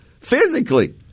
physically